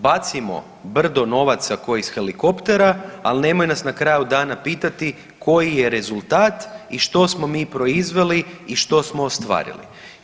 Bacimo brdo novaca ko iz helikoptera, al nemoj nas na kraju dana pitati koji je rezultat i što smo mi proizveli i što smo ostvarili.